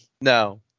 No